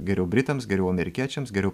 geriau britams geriau amerikiečiams geriau